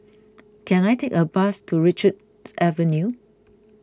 can I take a bus to Richards Avenue